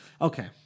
Okay